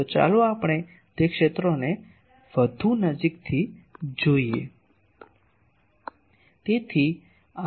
તો ચાલો આપણે તે ક્ષેત્રોને વધુ નજીકથી જોઈએ